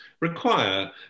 require